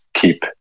keep